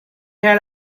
had